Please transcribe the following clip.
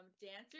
dancers